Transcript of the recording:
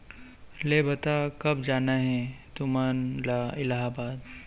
ले बता, कब जाना हे तुमन ला इलाहाबाद?